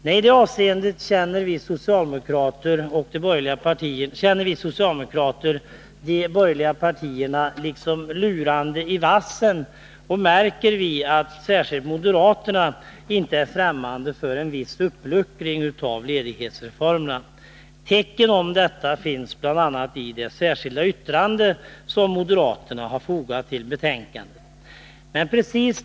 Nej, i det avseendet tycker vi socialdemokrater att de borgerliga partierna liksom lurar i vassen — vi märker att särskilt moderaterna inte är främmande för en viss uppluckring av ledighetsreformerna. Tecken på detta finns bl.a. i det särskilda yttrande som moderaterna fogat till betänkandet.